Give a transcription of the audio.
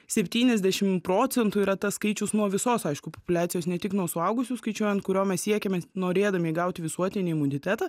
septyniasdešimt procentų yra tas skaičius nuo visos aišku populiacijos ne tik nuo suaugusių skaičiuojant kurio mes siekiame norėdami gauti visuotinį imunitetą